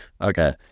okay